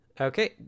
Okay